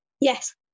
Yes